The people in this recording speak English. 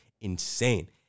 insane